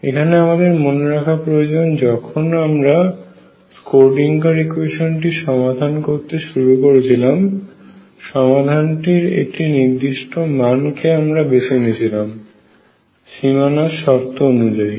এখানে আমাদের মনে রাখা প্রয়োজন যে যখন আমরা স্ক্রোডিঙ্গার ইকুয়েশান টি সমাধান করতে শুরু করেছিলাম সমাধানটির একটি নির্দিষ্ট মানকে আমরা বেছে নিয়েছিলাম সীমানা শর্ত অনুযায়ী